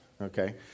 Okay